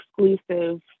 exclusive